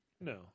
No